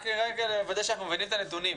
רק רגע שנוודא שאנחנו מבינים את הנתונים: